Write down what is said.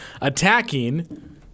attacking